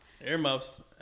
Earmuffs